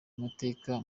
amateka